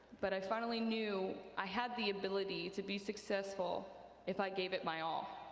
but i finally knew i had the ability to be successful if i gave it my all.